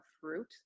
fruit